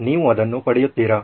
ನೀವು ಅದನ್ನು ಪಡೆಯುತ್ತೀರಾ